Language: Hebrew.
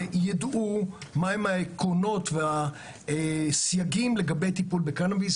יידעו מהם העקרונות והסייגים לגבי טיפול בקנביס.